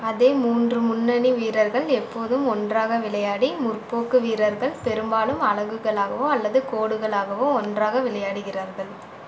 அதே மூன்று முன்னணி வீரர்கள் எப்போதும் ஒன்றாக விளையாடி முற்போக்கு வீரர்கள் பெரும்பாலும் அலகுகளாகவோ அல்லது கோடுகளாகவோ ஒன்றாக விளையாடுகிறார்கள்